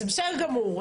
זה בסדר גמור,